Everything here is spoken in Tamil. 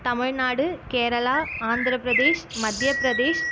தமிழ்நாடு கேரளா அந்திரப்பிரேதேஷ் மத்தியப்பிரதேஷ்